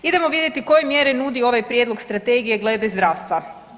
Idemo vidjeti koje mjere nudi ovaj prijedlog strategije glede zdravstva.